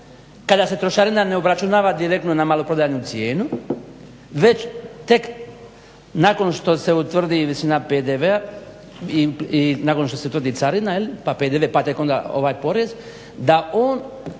kada se trošarina ne obračunava direktno na maloprodajnu cijenu, već tek nakon što se utvrdi visina PDV-a i nakon što se utvrdi carina jel, pa PDV, pa tek onda porez, da on